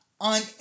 on